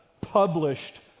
published